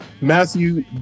matthew